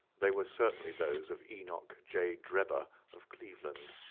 they were certainly those of enoch j. drebber, of cleveland.